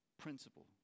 principle